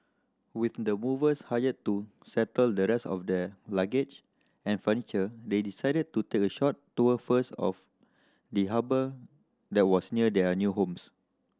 with the movers hired to settle the rest of their luggage and furniture they decided to take a short tour first of the harbour that was near their new homes